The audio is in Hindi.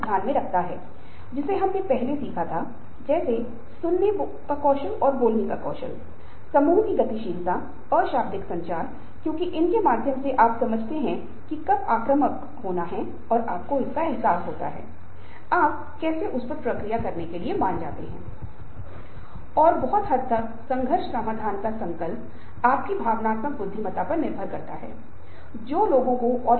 इसी तरह एक बार जब लोग प्रेरित होते हैं तो संगठनों में परिस्थितियों और माहौल को इस तरह से बनाया जाना चाहिए ताकि प्रेरणा को तब तक कायम रखा जा सके जब तक कि उनके लक्ष्यों को प्राप्त नहीं किया जाता है कोचिंग परामर्श सलाह शिक्षा लक्ष्य की तलाश में भागीदारी लक्ष्य निर्धारण में भागीदारी समस्या को हल करने निर्णय लेने के माध्यम से शर्तों को इस तरह से मांगा जाना चाहिए ताकि संगठनात्मक लक्ष्यों को प्राप्त करने तक व्यक्ति की प्रेरणा बनी रहे या उत्पादकता मंच पानाहिट Hit करना है